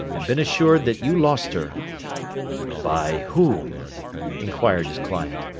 and been assured that you lost her by whom inquired his client.